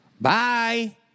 Bye